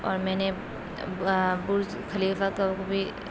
اور میں نے برج خلیفہ کا وہ بھی